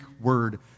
word